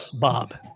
Bob